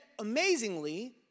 amazingly